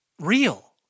real